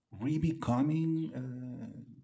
re-becoming